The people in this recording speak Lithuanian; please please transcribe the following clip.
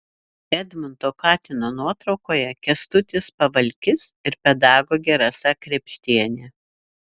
edmundo katino nuotraukoje kęstutis pavalkis ir pedagogė rasa krėpštienė